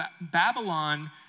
Babylon